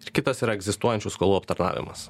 ir kitas yra egzistuojančių skolų aptarnavimas